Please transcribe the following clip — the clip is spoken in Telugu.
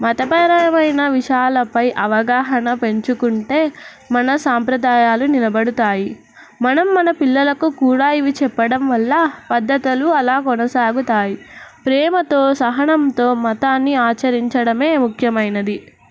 మతపరమైన విశయాలపై అవగాహన పెంచుకుంటే మన సాంప్రదాయాలు నిలబడతాయి మనం మన పిల్లలకు కూడా ఇవి చెప్పడం వల్ల పద్ధతులు అలా కొనసాగుతాయి ప్రేమతో సహనంతో మతాన్ని ఆచరించడమే ముఖ్యమైనది